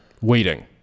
Waiting